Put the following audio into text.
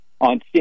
on